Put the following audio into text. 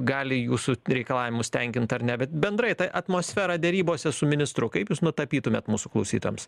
gali jūsų reikalavimus tenkint ar ne bet bendrai ta atmosfera derybose su ministru kaip jūs nutapytumėt mūsų klausytojams